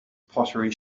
pottery